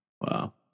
Wow